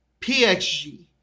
PXG